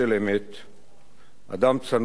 אדם צנוע, שפיו ולבו שווים,